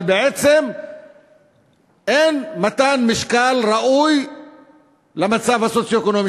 אבל בעצם אין מתן משקל ראוי למצב הסוציו-אקונומי,